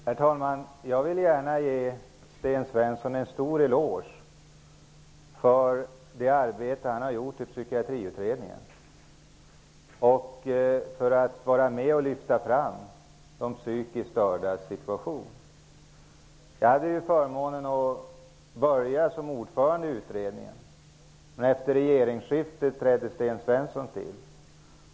Herr talman! Jag vill gärna ge Sten Svensson en eloge för det arbete som han har gjort i Psykiatriutredningen och för att han har varit med om att lyfta fram de psykiskt stördas situation. Jag hade förmånen att börja som ordförande i utredningen, men efter regeringsskiftet trädde Sten Svensson till.